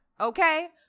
okay